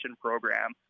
program